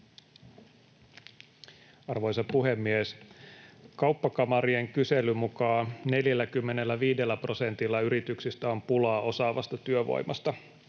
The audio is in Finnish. Arvoisa puhemies! Kauppakamarien kyselyn mukaan 45 prosentilla yrityksistä on pulaa osaavasta työvoimasta,